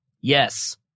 Yes